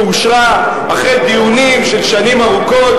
שאושרה אחרי דיונים של שנים ארוכות.